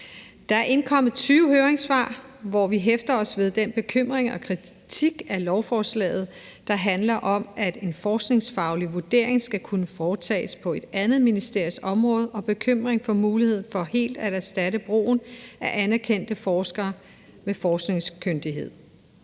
Der er indkommet 20 høringssvar, hvor vi hæfter os ved den bekymring og kritik, der handler om, at en forskningsfaglig vurdering skal kunne foretages på et andet ministeries område, og bekymringen over helt at erstatte brugen af anerkendte forskere med forskningskyndige .